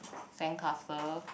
sandcastle